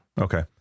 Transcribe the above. okay